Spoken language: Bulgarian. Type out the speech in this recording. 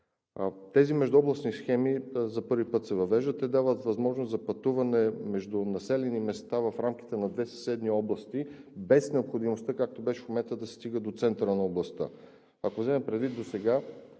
Тези междуобластни схеми за първи път се въвеждат. Те дават възможност за пътуване между населени места в рамките на две съседни области, без необходимостта, както беше в момента, да се стига до центъра на областта. Ако вземем предвид досега,